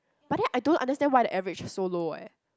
but then I don't understand why the average is so low eh